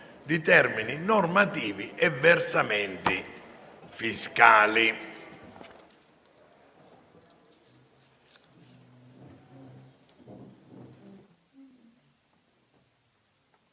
di termini normativi e versamenti fiscali»